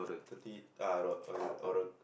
thirty uh ro~ oral